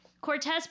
Cortez